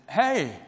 Hey